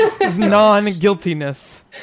Non-guiltiness